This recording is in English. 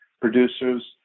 producers